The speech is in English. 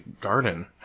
garden